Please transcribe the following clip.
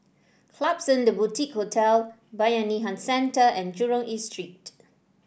Klapsons The Boutique Hotel Bayanihan Centre and Jurong East Street